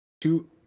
Two